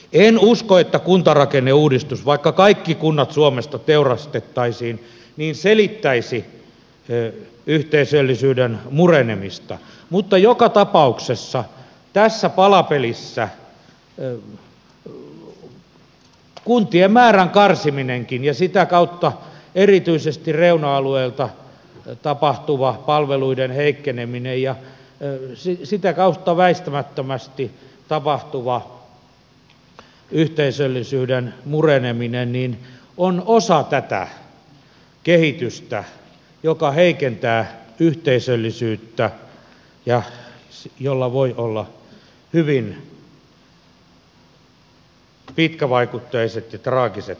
en usko että kuntarakenneuudistus vaikka kaikki kunnat suomesta teurastettaisiin selittäisi yhteisöllisyyden murenemista mutta joka tapauksessa tässä palapelissä kuntien määrän karsiminenkin ja sitä kautta erityisesti reuna alueilta tapahtuva palveluiden heikkeneminen ja sitä kautta väistämättömästi tapahtuva yhteisöllisyyden mureneminen on osa tätä kehitystä joka heikentää yhteisöllisyyttä ja jolla voi olla hyvin pitkävaikutteiset ja traagiset seurauksensa